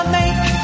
make